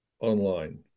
online